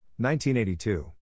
1982